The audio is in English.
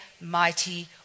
mighty